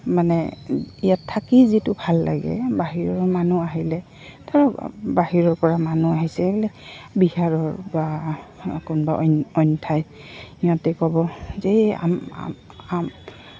মানে ইয়াত থাকি যিটো ভাল লাগে বাহিৰৰ মানুহ আহিলে ধৰক বাহিৰৰপৰা মানুহ আহিছে এই বোলে বিহাৰৰ বা কোনোবা অইন ঠাই সিহঁতে ক'ব যে